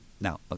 Now